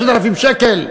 6,000 שקל.